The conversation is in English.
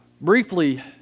briefly